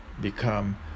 become